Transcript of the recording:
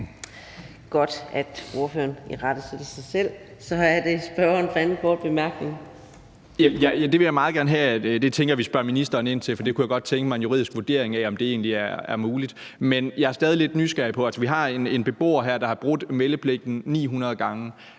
godt, at ordføreren irettesatte sig selv. Og så er det spørgeren for den anden korte bemærkning. Kl. 14:37 Mikkel Bjørn (DF): Det vil jeg meget gerne have at vide; det tænker jeg vi spørger ministeren ind til, for det kunne jeg godt tænke mig en juridisk vurdering af, altså om det egentlig er muligt. Men jeg er stadig lidt nysgerrig på noget. Vi har en beboer her, der har brudt meldepligten 900 gange.